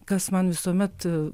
kas man visuomet